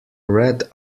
red